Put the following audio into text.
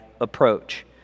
approach